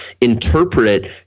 interpret